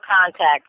contact